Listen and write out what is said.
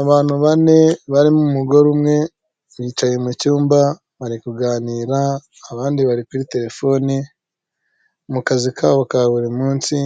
Abantu bane barimo umugore umwe bicaye mu cyumba bari kuganira abandi bari kuri terefone, mu kazi kabo ka buri munsi